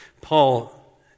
Paul